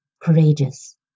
courageous